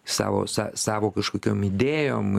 savo sa savo kažkokiom idėjom